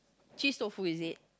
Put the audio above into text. cheese tofu is it